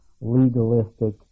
legalistic